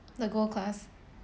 the gold class